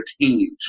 teams